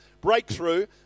breakthrough